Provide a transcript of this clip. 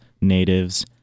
natives